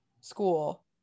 school